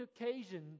occasion